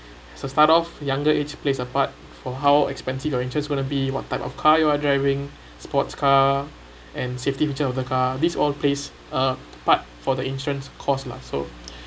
so start off younger age plays a part for how expensive your interest is going to be what type of car you are driving sports car and safety feature of the car this all plays a part for the insurance costs lah so